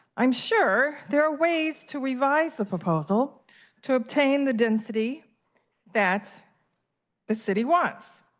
i'm sure there are ways to revise the proposal to obtain the density that the city wants.